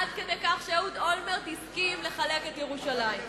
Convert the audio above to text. עד כדי כך שאהוד אולמרט הסכים לחלק את ירושלים.